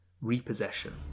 Repossession